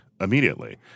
immediately